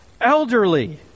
elderly